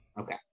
Okay